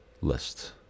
list